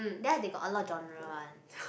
there they got a lot genre one